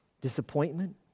disappointment